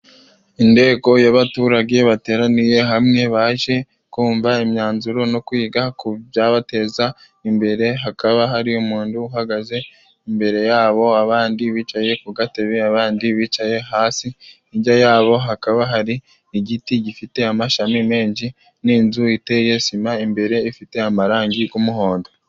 Inteko y'abaturage bateraniye hamwe baje kumva imyanzuro no kwiga ku byabateza imbere, hakaba hari umuntu uhagaze imbere yabo, abandi bicaye ku gatebe, abandi bicaye hasi, hijya yabo hakaba hari igiti gifite amashami menshi n'inzu iteye sima imbere, ifite amarangi g'umuhondo.